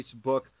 Facebook